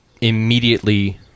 immediately